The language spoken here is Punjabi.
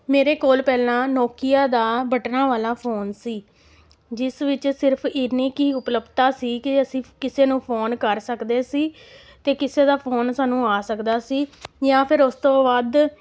ਮੇਰੇ ਕੋਲ ਪਹਿਲਾਂ ਨੋਕੀਆ ਦਾ ਬਟਨਾਂ ਵਾਲਾ ਫੋਨ ਸੀ ਜਿਸ ਵਿੱਚ ਸਿਰਫ ਇੰਨੀ ਕੁ ਹੀ ਉਪਲੱਬਧਤਾ ਸੀ ਕਿ ਅਸੀਂ ਕਿਸੇ ਨੂੰ ਫੋਨ ਕਰ ਸਕਦੇ ਸੀ ਅਤੇ ਕਿਸੇ ਦਾ ਫੋਨ ਸਾਨੂੰ ਆ ਸਕਦਾ ਸੀ ਜਾਂ ਫਿਰ ਉਸ ਤੋਂ ਵੱਧ